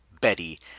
Betty